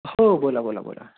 हो बोला बोला बोला